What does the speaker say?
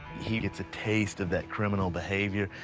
he gets a taste of that criminal behavior,